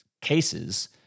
cases